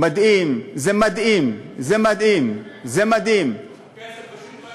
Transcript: מדהים, זה מדהים, זה מדהים, זה מדהים.